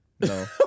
No